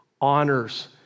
honors